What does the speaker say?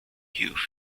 youth